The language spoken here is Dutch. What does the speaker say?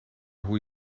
hoe